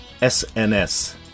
SNS